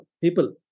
people